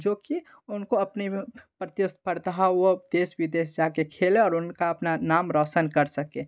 जो कि उनको अपने प्रतिस्पर्धा व देश विदेश से आ के खेले और उनका अपना नाम रौशन कर सकें